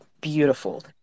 beautiful